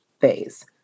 phase